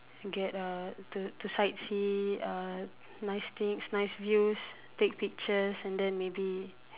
get uh to to sightsee uh nice things nice views take pictures and then maybe